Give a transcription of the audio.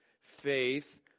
faith